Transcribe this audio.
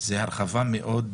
זו הרחבה מאוד